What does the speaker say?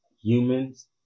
humans